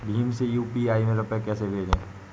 भीम से यू.पी.आई में रूपए कैसे भेजें?